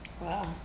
Wow